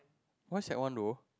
why sec one though